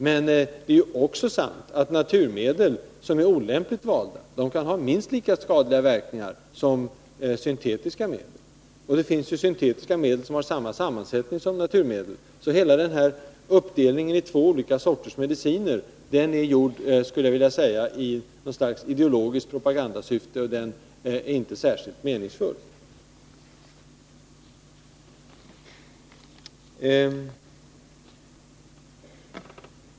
Men det är också sant att naturmedel som är olämpligt valda kan ha minst lika skadliga verkningar som syntetiska medel. Det finns ju syntetiska medel som har samma sammansättning som naturmedel. Hela den här uppdelningen i två olika sorters mediciner är, skulle jag vilja säga, tillkommen i något slags ideologiskt propagandasyfte, och den är inte särskilt meningsfull.